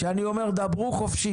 שאני אומר דברו חופשי,